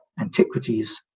antiquities